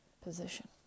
position